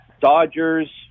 Dodgers